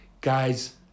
Guys